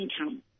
income